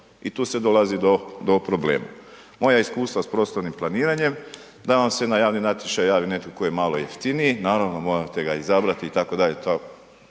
i tu se dolazi do problema. Moja iskustva s prostornim planiranjem da vam se na javni natječaj javi netko tko je malo jeftiniji, naravno, morate ga izabrati itd.,